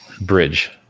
bridge